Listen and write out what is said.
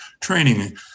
training